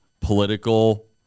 political